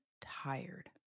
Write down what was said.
tired